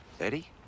Eddie